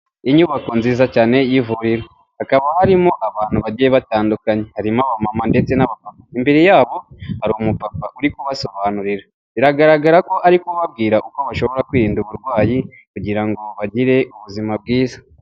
Inyubako nziza cyane y'ivuriro hakaba harimo abantu bagiye batandukanye, harimo umumama ndetse imbere yabo hari umupapa, biragaragara ko arimo ubabwira uko bashobora kwirinda uburwayi kugira ngo bagire ubuzima bwiza.